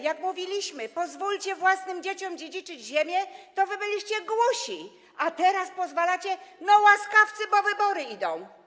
Jak mówiliśmy: pozwólcie dzieciom dziedziczyć ziemię, to wy byliście głusi, a teraz pozwalacie, łaskawcy, bo wybory idą.